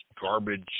garbage